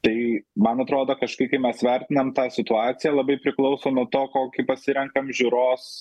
tai man atrodo kažkaip kai mes vertinam tą situaciją labai priklauso nuo to kokį pasirenkam žiūros